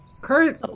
Kurt